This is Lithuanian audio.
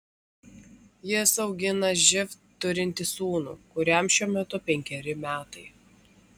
jis augina živ turintį sūnų kuriam šiuo metu penkeri metai